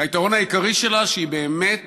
היתרון העיקרי שלה: היא באמת